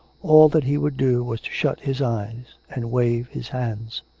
all that he would do was to shut his eyes and wave his hands.